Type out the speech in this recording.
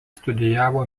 studijavo